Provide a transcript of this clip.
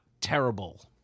terrible